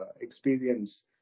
experience